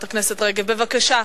בבקשה.